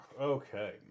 Okay